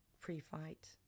pre-fight